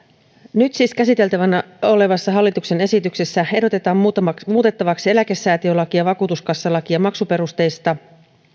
nyt käsiteltävänä olevassa hallituksen esityksessä ehdotetaan siis muutettavaksi eläkesäätiölakia vakuutuskassalakia maksuperusteisista